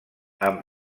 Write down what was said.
amb